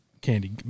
candy